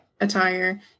attire